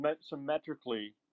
symmetrically